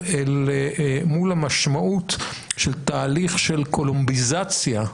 אל מול המשמעות של תהליך של קולומביזציה,